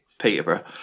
Peterborough